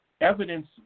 Evidence